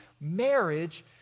marriage